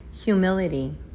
Humility